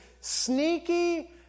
sneaky